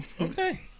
Okay